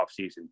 offseason